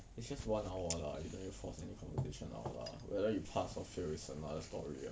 it's just one hour lah you don't need to force any conversation now lah whether you pass or fail is another story lah